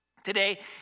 Today